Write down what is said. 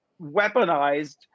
weaponized